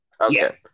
Okay